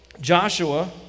Joshua